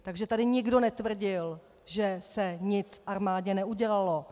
Takže tady nikdo netvrdil, že se nic v armádě neudělalo.